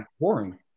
boring